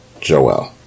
Joel